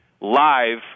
live